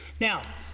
Now